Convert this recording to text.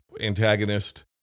antagonist